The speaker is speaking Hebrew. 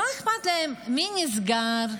לא אכפת להם מי נסגר,